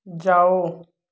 जाओ